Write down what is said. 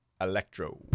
Electro